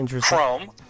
Chrome